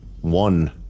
One